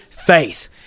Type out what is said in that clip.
faith